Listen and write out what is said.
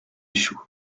échoue